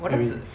that's cause the